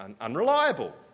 unreliable